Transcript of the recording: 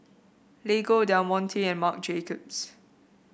Lego Del Monte and Marc Jacobs